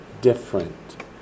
different